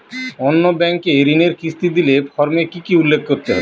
অন্য ব্যাঙ্কে ঋণের কিস্তি দিলে ফর্মে কি কী উল্লেখ করতে হবে?